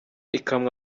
ikamwa